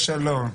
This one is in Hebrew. חס ושלום.